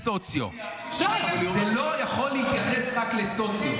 רק לאנשים החלשים.